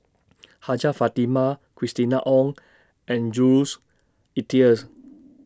Hajjah Fatimah Christina Ong and Jules Itiers